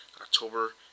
October